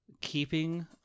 keeping